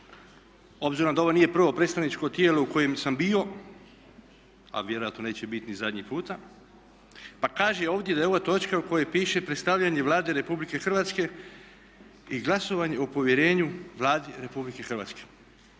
obzirom da ovo nije prvo predstavničko tijelo u kojem sam bio, a vjerojatno neće biti ni zadnji puta pa kaže ovdje da je ova točka u kojoj piše predstavljanje Vlade RH i glasovanje o povjerenju Vladi RH. Vjerujte